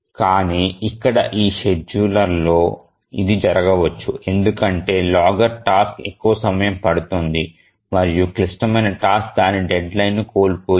కానీ ఇక్కడ ఈ షెడ్యూలర్లో ఇది జరగవచ్చు ఎందుకంటే లాగర్ టాస్క్ ఎక్కువ సమయం పడుతుంది మరియు క్లిష్టమైన టాస్క్ దాని డెడ్లైన్ను కోల్పోయింది